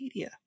Wikipedia